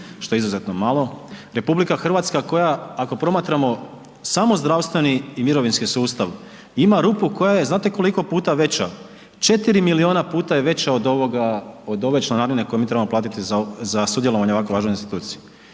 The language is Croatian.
što je izuzetno malo. RH koja ako promatramo samo zdravstveni i mirovinski sustav ima rupu koja je znate koliko puta veća, 4 miliona puta je veća od ove članarine koju mi trebamo platiti za sudjelovanje u ovako važnoj instituciji.